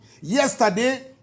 Yesterday